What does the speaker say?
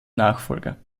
nachfolger